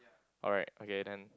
alright okay then